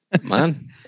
Man